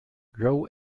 grow